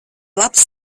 labs